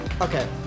Okay